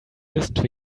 listen